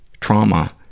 trauma